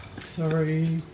Sorry